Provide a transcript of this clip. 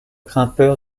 grimpeur